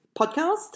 podcast